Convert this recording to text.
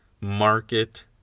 market